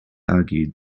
argued